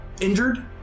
injured